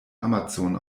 amazon